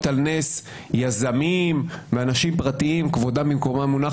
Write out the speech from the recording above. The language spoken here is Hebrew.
על נס יזמים ואנשים פרטיים שכבודם במקומם מונח,